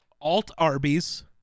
Alt-Arby's